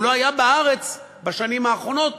הוא לא היה בארץ בשנים האחרונות